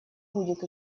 будет